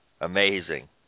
Amazing